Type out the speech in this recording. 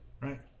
Right